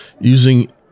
using